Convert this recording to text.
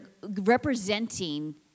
representing